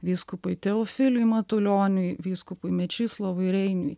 vyskupui teofiliui matulioniui vyskupui mečislovui reiniui